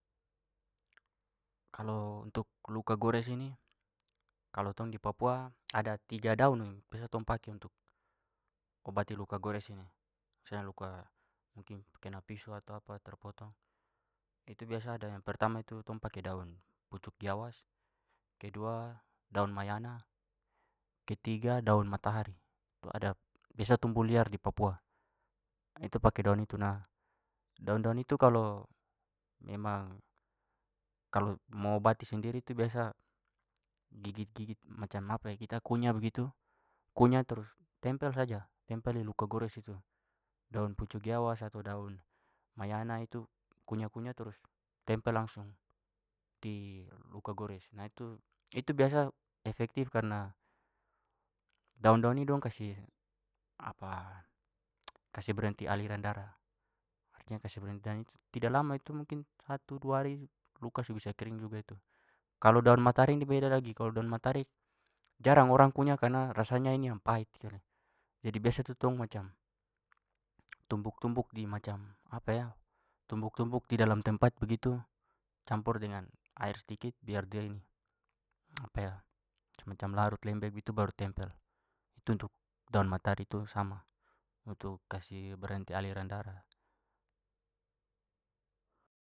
Kalo untuk luka gores ini kalo tong di papua ada tiga daun yang biasa tong pake untuk obati luka gores ini. Misalnya luka mungkin kena piso atau apa terpotong. Itu biasa ada yang pertama itu tong pake daun pucuk giawas, kedua daun mayana, ketiga daun matahari. Itu ada biasa tumbuh liar di papua. Itu pakai daun itu. Nah, daun-daun itu kalau memang kalau mau obati sendiri itu biasa gigit-gigit macam kita kunya begitu, kunya terus, tempel saja, tempel di luka gores situ. Daun pucuk giawas atau daun mayana itu kunya-kunya terus tempel langsung di luka gores. Nah, itu- itu biasa efektif karena daun-daun ini dong kasih kasi brenti aliran darah, artinya kasi brenti tidak lama itu mungkin satu dua hari luka su bisa kering juga itu. Kalo daun matahari ni beda lagi. Kalau daun matahari jarang orang punya karna rasanya ini yang pahit sekali. Jadi biasa tu tong macam tumbuk-tumbuk di macam tumbuk-tumbuk di dalam tempat begitu campur dengan air sedikit biar dia ini semacam larut lembe begitu baru tempel. Itu untuk daun matahari tu sama untuk kasi brenti aliran darah.